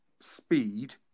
speed